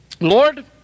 Lord